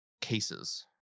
cases